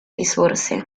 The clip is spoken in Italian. risorse